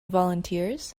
volunteers